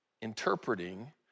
interpreting